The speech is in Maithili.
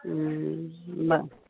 हूँ वएह